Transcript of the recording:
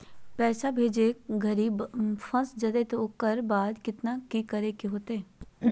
पैसा भेजे घरी फस जयते तो ओकर बाद की करे होते?